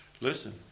Listen